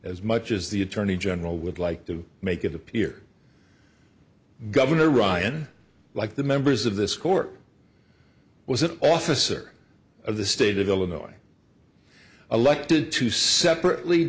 as much as the attorney general would like to make it appear governor ryan like the members of this court was an officer of the state of illinois elected to separately